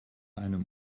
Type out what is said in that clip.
einem